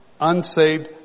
unsaved